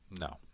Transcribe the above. No